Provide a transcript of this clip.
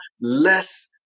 less